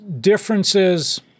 differences